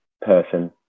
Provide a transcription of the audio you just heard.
person